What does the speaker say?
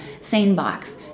SaneBox